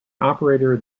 operator